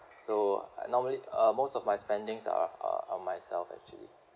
so normally uh most of my spendings are uh on myself actually